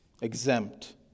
exempt